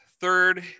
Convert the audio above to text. third